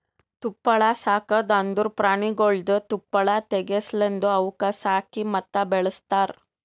ತುಪ್ಪಳ ಸಾಕದ್ ಅಂದುರ್ ಪ್ರಾಣಿಗೊಳ್ದು ತುಪ್ಪಳ ತೆಗೆ ಸಲೆಂದ್ ಅವುಕ್ ಸಾಕಿ ಮತ್ತ ಬೆಳಸ್ತಾರ್